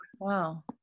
wow